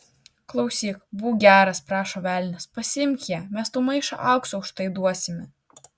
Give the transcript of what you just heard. klausyk būk geras prašo velnias pasiimk ją mes tau maišą aukso už tai duosime